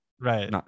Right